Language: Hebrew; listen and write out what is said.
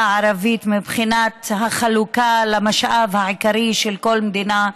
לאוכלוסייה הערבית מבחינת החלוקה של המשאב העיקרי של כל מדינה,